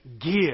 give